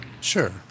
Sure